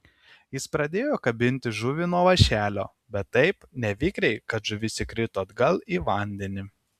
jis pradėjo kabinti žuvį nuo vąšelio bet taip nevikriai kad žuvis įkrito atgal į vandenį